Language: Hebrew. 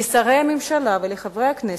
לשרי הממשלה ולחברי הכנסת,